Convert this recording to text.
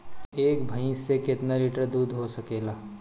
एक भइस से कितना लिटर दूध हो सकेला?